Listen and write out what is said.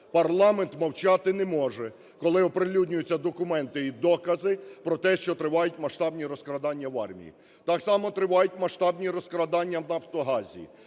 Парламент мовчати не може, коли оприлюднюють документи і докази про те, що тривають масштабні розкрадання в армії. Так само тривають масштабні розкрадання в "Нафтогазі".